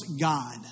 God